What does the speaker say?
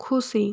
খুশি